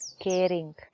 Caring